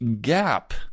gap